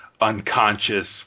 unconscious